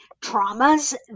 traumas